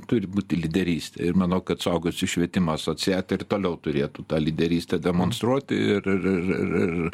turi būti lyderystė ir manau kad suaugusiųjų švietimo asociacija ir toliau turėtų tą lyderystę demonstruoti ir ir ir ir ir